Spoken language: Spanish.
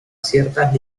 ciertas